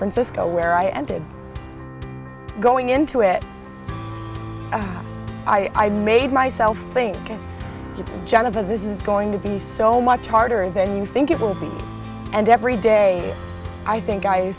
francisco where i ended up going into it i made myself think it john of this is going to be so much harder than you think it will be and every day i think i